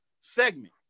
segment